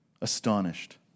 Astonished